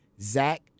Zach